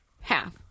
half